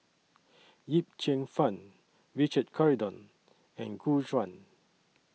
Yip Cheong Fun Richard Corridon and Gu Juan